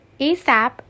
ASAP